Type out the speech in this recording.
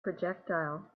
projectile